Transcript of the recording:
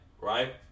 Right